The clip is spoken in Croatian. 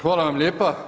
Hvala vam lijepa.